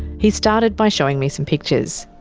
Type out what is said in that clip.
he started by showing me some pictures.